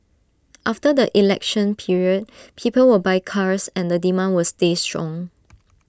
after the election period people will buy cars and the demand will stay strong